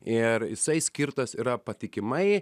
ir jisai skirtas yra patikimai